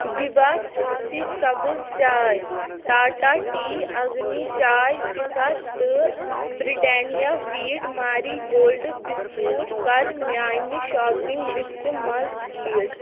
دِبھا تُلسی سبٕز چاے ٹاٹا ٹی اگنی چاے پھِکھ تہٕ برٛٹینیا ویٖٹ ماری گولڈ بِسکوٹ کَر میانہِ شاپنگ لسٹ منٛز ڈیلیٖٹ